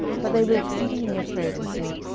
but they were exceedingly afraid, and said,